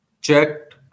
checked